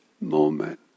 moment